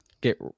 get